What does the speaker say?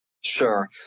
Sure